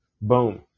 boom